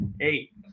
Eight